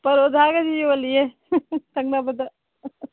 ꯄꯔꯣꯊꯥꯒꯁꯨ ꯌꯣꯜꯂꯤꯌꯦ ꯊꯪꯅꯕꯗ